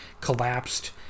collapsed